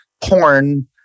porn